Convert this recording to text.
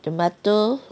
tomato